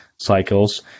cycles